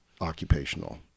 occupational